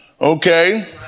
Okay